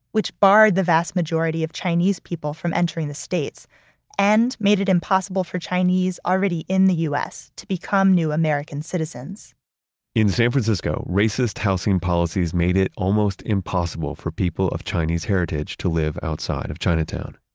which barred the vast majority of chinese people from entering the states and made it impossible for chinese already in the u s. to become new american citizens in san francisco, racist housing policies made it almost impossible for people of chinese heritage to live outside of chinatown.